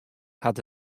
hat